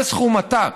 זה סכום עתק,